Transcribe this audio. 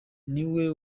niwe